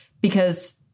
because-